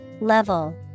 Level